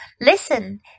Listen